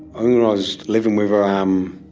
i was living with her um